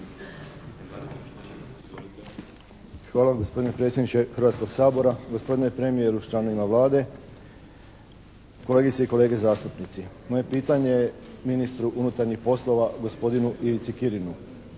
vam gospodine predsjedniče Hrvatskog sabora, gospodine premijeru sa članovima Vlade, kolegice i kolege zastupnici. Moje pitanje je ministru unutarnjih poslova gospodinu Ivici Kirinu.